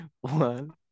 One